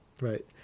Right